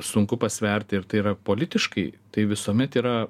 sunku pasverti ir tai yra politiškai tai visuomet yra